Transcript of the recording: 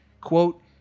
quote